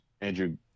Andrew